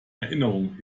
erinnerung